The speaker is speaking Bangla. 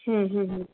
হুম হুম হুম